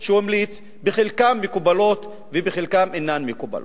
שהוא המליץ, בחלקן מקובלות ובחלקן אינן מקובלות,